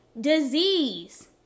disease